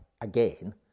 again